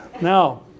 Now